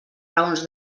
raons